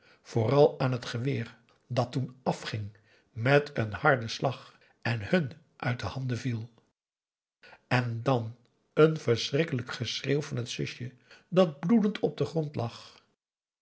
vooral aan t geweer dat toen afging met n harden slag en hun uit de handen viel en dan een verschrikkelijk geschreeuw van het zusje dat bloedend op den grond lag